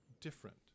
different